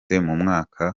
mwaka